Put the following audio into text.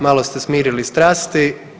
Malo ste smirili strasti.